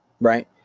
Right